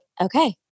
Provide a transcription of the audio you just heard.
okay